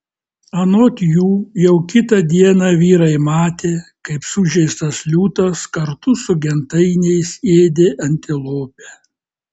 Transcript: anot jų jau kitą dieną vyrai matė kaip sužeistas liūtas kartu su gentainiais ėdė antilopę